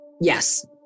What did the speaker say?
Yes